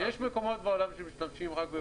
יש מקומות בעולם שמשתמשים רק בבוטאן.